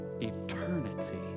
eternity